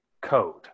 code